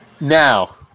Now